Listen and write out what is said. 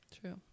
True